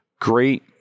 great